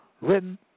written